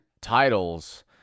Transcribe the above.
titles